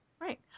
Right